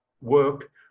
work